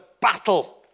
battle